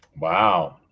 Wow